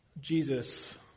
Jesus